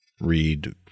read